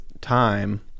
time